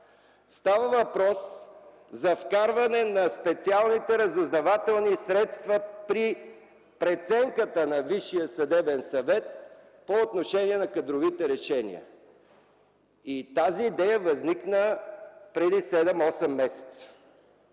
Става въпрос за вкарване на специалните разузнавателни средства при преценката на Висшия съдебен съвет по отношение на кадровите решения. Тази идея възникна преди 7-8 месеца.